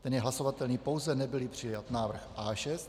Ten je hlasovatelný pouze, nebylli přijat návrh A6.